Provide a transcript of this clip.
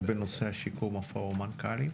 רק בנושא השיקום, פורום המנכ"לים?